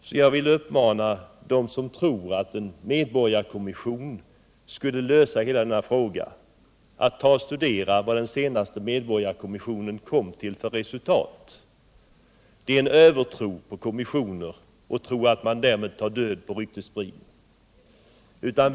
Jag vill alltså uppmana dem som tror att en medborgarkommission skulle lösa hela denna fråga att studera vad den senaste medborgarkommissionen kom till för resultat. Det är en övertro på kommissioner att tro att man därmed tar död på ryktesspridning.